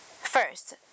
First